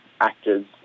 actors